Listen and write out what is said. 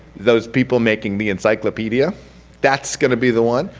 those people making the encyclopedia that's going to be the one.